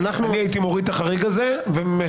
אני הייתי מוריד את החריג הזה ומשחרר,